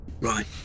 right